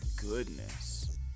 goodness